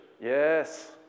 Yes